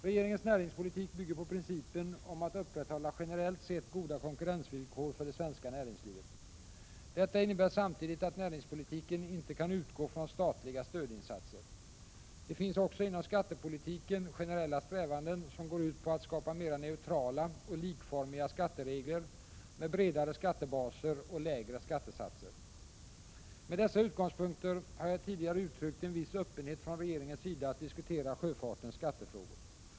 Regeringens näringspolitik bygger på principen om att upprätthålla generellt sett goda konkurrensvillkor för det svenska näringslivet. Detta innebär samtidigt att näringspolitiken inte kan utgå från statliga stödinsatser. Det finns också inom skattepolitiken generella strävanden som går ut på att skapa mera neutrala och likformiga skatteregler med bredare skattebaser och lägre skattesatser. Med dessa utgångspunkter har jag tidigare uttryckt en viss öppenhet från regeringens sida att diskutera sjöfartens skattefrågor.